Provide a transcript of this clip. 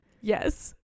Yes